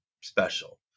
special